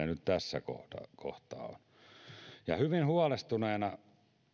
nyt tässä kohtaa on hyvin huolestuneena